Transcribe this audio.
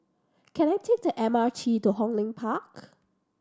can I take the M R T to Hong Lim Park